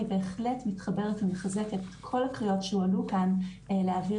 אני בהחלט מתחברת ומחזקת את כל הקריאות שעלו כאן להעביר